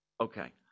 okay